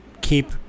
keep